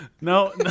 no